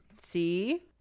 See